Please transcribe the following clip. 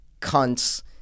cunts